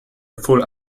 full